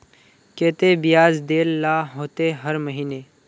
केते बियाज देल ला होते हर महीने?